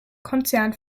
konzern